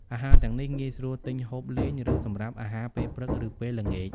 អាហារទាំងនេះងាយស្រួលទិញហូបលេង ឬសម្រាប់អាហារពេលព្រឹក ឬ ពេលល្ងាច។